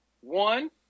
one